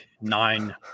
nine